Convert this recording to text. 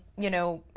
you know,